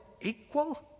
equal